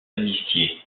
amnistié